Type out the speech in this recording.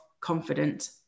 confident